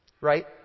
Right